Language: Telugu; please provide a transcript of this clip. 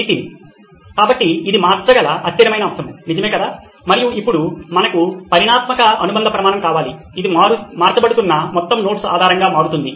నితిన్ కాబట్టి ఇది మార్చగల అస్థిరమైన అంశం నిజమేకదా మరియు ఇప్పుడు మనకు పరిమాణాత్మక అనుబంధ ప్రమాణము కావాలి అది మార్చబడుతున్న మొత్తం నోట్స్ ఆధారంగా మారుతుంది